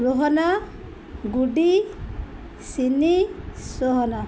ରୋହନ ଗୁଡ଼ି ସିନି ସୋହନା